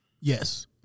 Yes